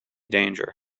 danger